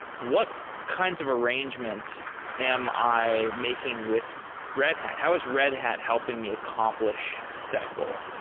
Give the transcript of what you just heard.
what kinds of arrangement am i making with red hat? how is red hat helping me accomplish that goal?